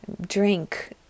drink